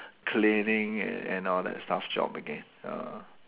cleaning and and all that stuff job again ya